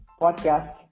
podcast